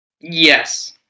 Yes